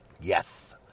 Yes